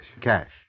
Cash